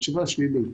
התשובה שלילית.